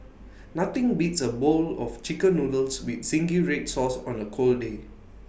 nothing beats A bowl of Chicken Noodles with Zingy Red Sauce on A cold day